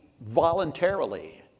voluntarily